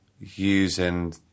using